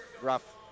Rough